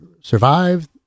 survive